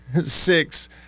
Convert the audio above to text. six